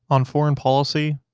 on foreign policy,